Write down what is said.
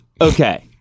Okay